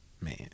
man